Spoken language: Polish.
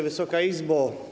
Wysoka Izbo!